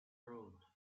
road